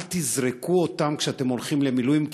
אל תזרקו אותם כשאתם הולכים למילואים,